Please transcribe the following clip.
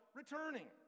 returning